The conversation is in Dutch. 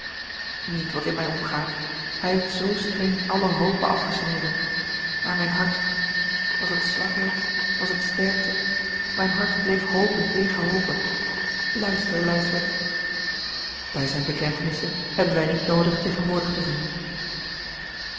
niet wat in mij omgaat hij heeft zoo streng alle hope afgesneden maar mijn hart was het zwakheid was het sterkte mijn hart bleef hopen tegen hope luister lijsbeth bij zijne bekentenissen hebben wij niet noodig tegenwoordig te zijn